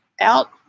out